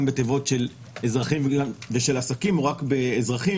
בתיבות של אזרחים ושל עסקים או רק של אזרחים.